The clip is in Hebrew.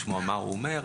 לשמוע מה הוא אומר,